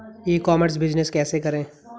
ई commerce business कैसे करें?